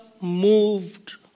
moved